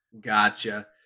Gotcha